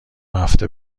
هفته